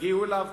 תגיעו אליו,